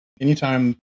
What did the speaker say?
anytime